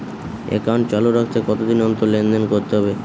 Account চালু রাখতে কতদিন অন্তর লেনদেন করতে হবে?